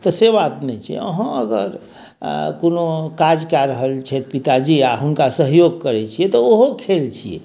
तऽ से बात नहि छै तऽ अहाँ अगर कओनो काज कै रहल छथि पिताजी आ हुनका सहयोग करैत छियै तऽ ओहो खेल छियै